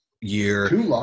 year